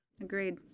Agreed